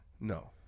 No